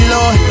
Lord